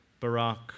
Barack